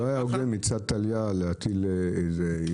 זה לא היה הוגן מצד טליה להטיל ערעור